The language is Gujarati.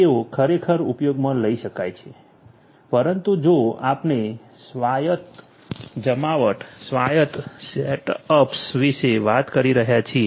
તેઓ ખરેખર ઉપયોગમાં લઈ શકાય છે પરંતુ જો આપણે સ્વાયત્ત જમાવટ સ્વાયત્ત સેટઅપ્સ વિશે વાત કરી રહ્યા છીએ